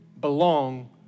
belong